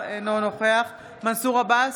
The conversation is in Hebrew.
אינו נוכח מנסור עבאס,